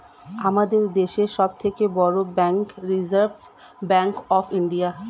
আমাদের দেশের সব থেকে বড় bank reserve bank of India